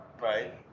right